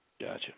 gotcha